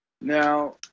Now